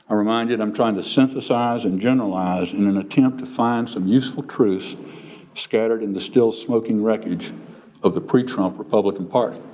ah reminded i'm trying to synthesize and generalize in an attempt to find some useful truths scattered in the still smoking wreckage of the pre trump republican party.